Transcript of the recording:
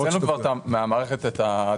אנחנו הוצאנו מהמערכת את הדוח.